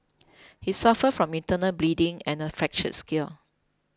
he suffered from internal bleeding and a fractured skill